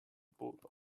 bulldogs